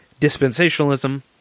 dispensationalism